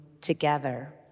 together